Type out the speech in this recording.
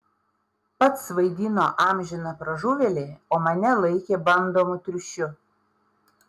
pats vaidino amžiną pražuvėlį o mane laikė bandomu triušiu